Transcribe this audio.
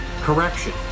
Correction